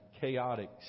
chaotic